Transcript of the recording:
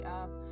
up